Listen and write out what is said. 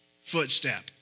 footstep